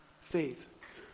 faith